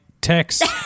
Text